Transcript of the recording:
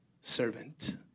servant